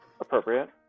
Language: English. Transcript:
appropriate